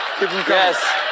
yes